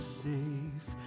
safe